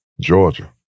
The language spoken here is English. Georgia